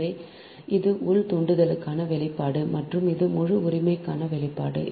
எனவே இது உள் தூண்டலுக்கான வெளிப்பாடு மற்றும் இது முழு உரிமைக்கான வெளிப்பாடு